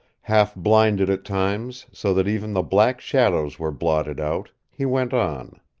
half blinded at times, so that even the black shadows were blotted out, he went on.